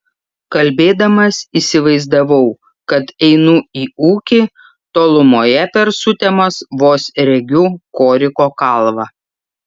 kalbėdamas įsivaizdavau kad einu į ūkį tolumoje per sutemas vos regiu koriko kalvą